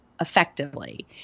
effectively